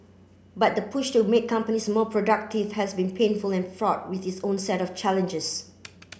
but the push to make companies more productive has been painful and fraught with its own set of challenges